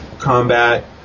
combat